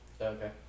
Okay